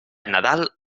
nadal